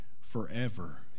forever